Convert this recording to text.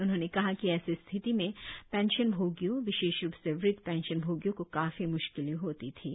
उन्होंने कहा कि ऐसी स्थिति में पेंशनभोगियों विशेष रूप से वृद्ध पेंशनभोगियों को काफी म्श्किलें होती थीं